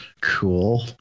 Cool